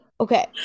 Okay